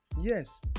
yes